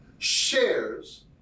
Shares